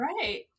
right